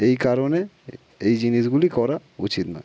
এই কারণে এই জিনিসগুলি করা উচিত নয়